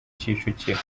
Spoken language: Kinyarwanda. kicukiro